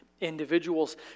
individuals